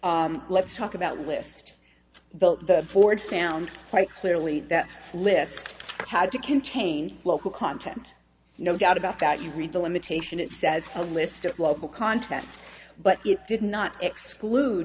let's talk about list the ford found quite clearly that list had to contain local content no doubt about that you read the limitation it says a list of local content but it did not exclude